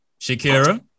Shakira